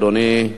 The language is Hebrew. בבקשה, אדוני,